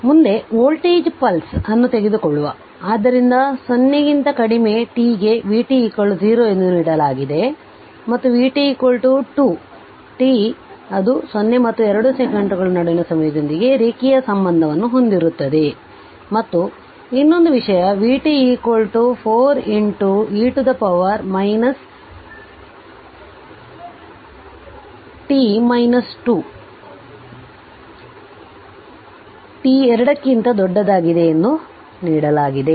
ಮತ್ತು ಮುಂದೆ voltage pulse ಅನ್ನು ತೆಗೆದುಕೊಳ್ಳುವ ಆದ್ದರಿಂದ 0 ಕ್ಕಿಂತ ಕಡಿಮೆ t ಗೆ vt 0 ಎಂದು ನೀಡಲಾಗಿದೆ ಮತ್ತು vt 2 t ಅದು 0 ಮತ್ತು 2 ಸೆಕೆಂಡುಗಳ ನಡುವಿನ ಸಮಯದೊಂದಿಗೆ ರೇಖೀಯ ಸಂಬಂಧವನ್ನು ಹೊಂದಿರುತ್ತದೆ ಮತ್ತು ಇನ್ನೊಂದು ವಿಷಯ vt 4 e ಯ ಪವರ್ t 2 t 2 ಗಿಂತ ದೊಡ್ಡದಾಗಿದೆ ಎಂದು ನೀಡಲಾಗಿದೆ